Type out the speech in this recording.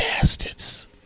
Bastards